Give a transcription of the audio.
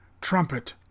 trumpet